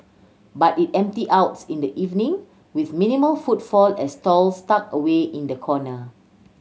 but it empties out in the evening with minimal footfall at stalls tucked away in the corner